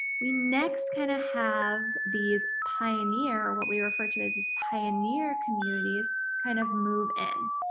we next kind of have these pioneer what we refer to as these pioneer communities kind of move in.